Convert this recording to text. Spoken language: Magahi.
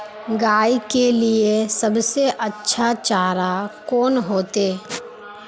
गाय के लिए सबसे अच्छा चारा कौन होते?